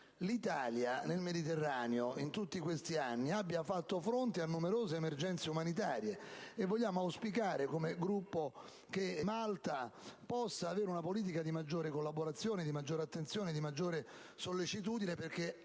proprio nel Mediterraneo, l'Italia in tutti questi anni abbia fatto fronte a numerose emergenze umanitarie e vogliamo auspicare, come Gruppo, che Malta possa avere una politica di maggiore collaborazione, di maggiore attenzione e sollecitudine, perché